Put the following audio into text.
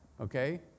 Okay